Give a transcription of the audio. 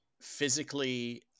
physically